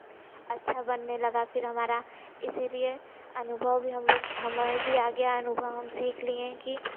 अच्छा बनने लगा फिर हमारा इसीलिए अनुभव भी हम लोग हमारे भी आगे अनुभव हम सीख लिए कि